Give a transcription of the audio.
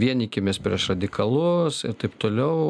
vienykimės prieš radikalus ir taip toliau